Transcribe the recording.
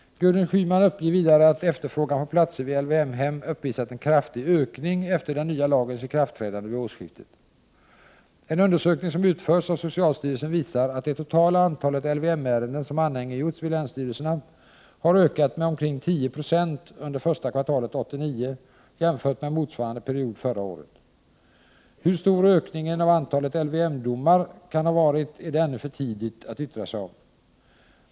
Gudrun Schyman uppger vidare att efterfrågan på platser vid LYM-hem uppvisat en kraftig ökning efter den nya lagens ikraftträdande vid årsskiftet. En undersökning som utförts av socialstyrelsen visar att det totala antalet LVM-ärenden som anhängiggjorts vid länsstyrelserna har ökat med omkring 10 20 under första kvartalet 1989 jämfört med motsvarande period förra året. Hur stor ökningen av antalet LYM-domar kan ha varit är det ännu för tidigt att yttra sig om.